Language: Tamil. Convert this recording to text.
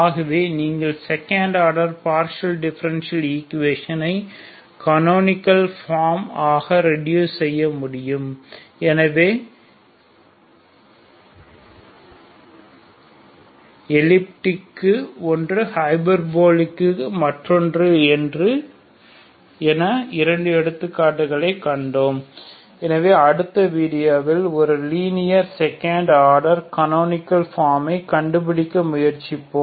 ஆகவே நீங்கள் செகண்ட் ஆர்டர் பார்ஷியல் டிஃபரென்ஷியல் ஈக்குவேஷனை கனோனிகல் ஃபார்ம் ஆக ரெட்யூஸ் செய்ய முடியும் எனவே எலிப்ஸ்டிக் க்கு ஒன்று ஹைபர்போலிக் க்கு மற்றொன்று என இரண்டு எடுத்துக்காட்டுகளைக் கண்டோம் எனவே அடுத்த வீடியோவில் ஒரு linear second order canonical form ஐ கண்டுபிடிக்க முயற்சிப்போம்